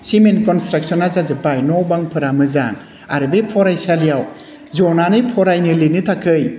cement कन्सट्राकसना जाजोब्बाय न' बांफोरा मोजां आरो बे फरायसालियाव जनानै फरायनो लिरनो थाखाय